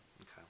Okay